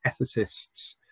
ethicists